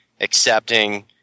accepting